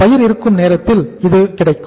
பயிர் இருக்கும் நேரத்தில் இது கிடைக்கும்